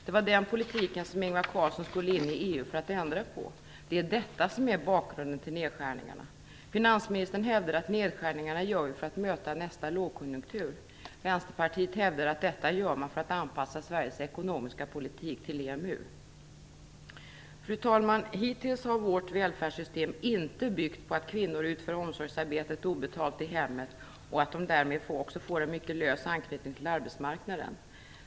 Det var den politiken som Ingvar Carlsson skulle in i EU för att ändra på. Det är detta som är bakgrunden till nedskärningarna. Finansministern hävdar att vi gör nedskärningarna för att möta nästa lågkonjunktur. Vänsterpartiet hävdar att man gör detta för att anpassa Fru talman! Hittills har vårt välfärdssystem inte byggt på att kvinnor utför omsorgsarbetet obetalt i hemmet och därmed också får en mycket lös anknytning till arbetsmarknaden.